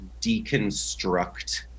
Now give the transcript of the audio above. deconstruct